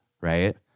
right